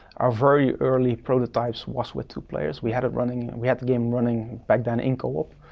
our very early prototypes was with two players. we had it running, we had to game running back then in co-op.